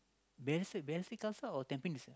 Balestier-Khalsa or Tampines ah